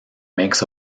makes